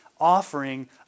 offering